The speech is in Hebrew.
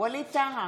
ווליד טאהא